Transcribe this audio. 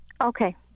Okay